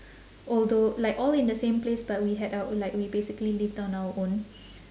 although like all in the same place but we had our own like we basically lived on our own